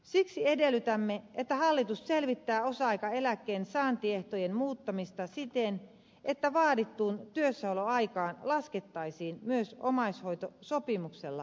siksi edellytämme että hallitus selvittää osa aikaeläkkeen saantiehtojen muuttamista siten että vaadittuun työssäoloaikaan laskettaisiin myös omaishoitosopimuksella tehty työ